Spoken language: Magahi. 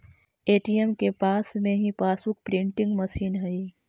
ए.टी.एम के पास में ही पासबुक प्रिंटिंग मशीन हई